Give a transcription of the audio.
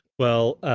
well,